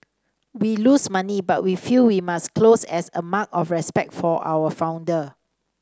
we lose money but we feel we must close as a mark of respect for our founder